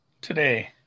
today